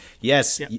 Yes